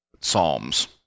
Psalms